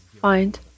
find